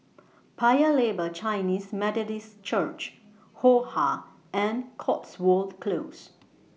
Paya Lebar Chinese Methodist Church Ho Ha and Cotswold Close